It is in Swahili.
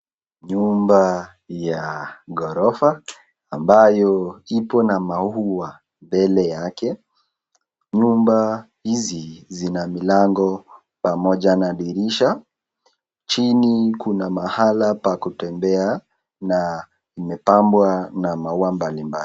Nyumba ya ghorofa ambayo ipo na maua mbele yake. Nyumba hizi zina milango pamoja na dirisha. Chini kuna mahala pa kutembea na imepambwa na maua mbalimbali.